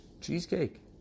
cheesecake